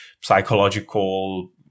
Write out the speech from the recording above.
psychological